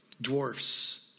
dwarfs